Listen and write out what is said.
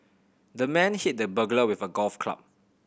the man hit the burglar with a golf club